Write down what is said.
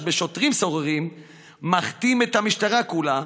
בשוטרים סוררים מכתימים את המשטרה כולה,